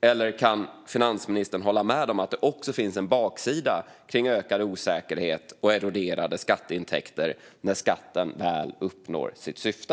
Eller kan finansministern hålla med om att det också finns en baksida i form av ökad osäkerhet och eroderade skatteintäkter när skatten väl uppnår sitt syfte?